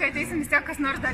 kad vis tiek kas nors